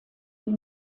die